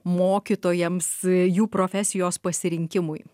mokytojams jų profesijos pasirinkimui